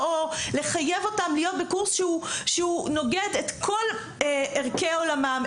או לחייב אותם להיות בקורס שהוא נוגד את כל ערכי עולמם,